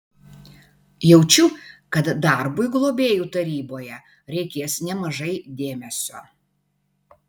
jaučiu kad darbui globėjų taryboje reikės nemažai dėmesio